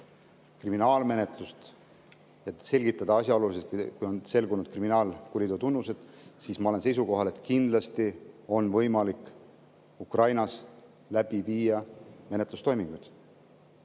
kriminaalmenetlust, et selgitada asjaolusid, kui on selgunud kriminaalkuriteo tunnused, siis ma olen seisukohal, et kindlasti on võimalik Ukrainas läbi viia menetlustoiminguid.